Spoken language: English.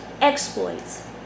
exploits